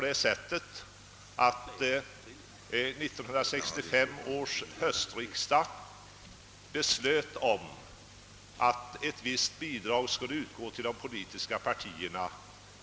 1965 års höstriksdag beslöt att bidrag efter vissa regler skulle utgå till de politiska partierna.